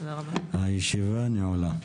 תודה רבה לכולם, הישיבה נעולה.